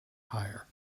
hire